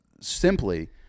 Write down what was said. simply